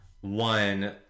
one